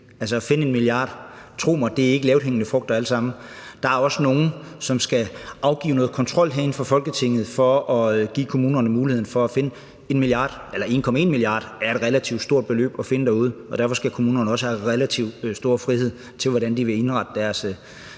mig, at finde 1 milliard er ikke lavthængende frugter alle sammen. Der er også nogen, som skal afgive noget kontrol herinde i Folketinget for at give kommunerne muligheden for at finde 1 mia. kr. eller 1,1 mia. kr. Det er et relativt stort beløb at finde derude, og derfor skal kommunerne også have relativ stor frihed til, hvordan de vil indrette deres